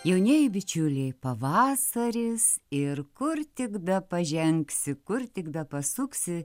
jaunieji bičiuliai pavasaris ir kur tik bepažengsi kur tik be pasuksi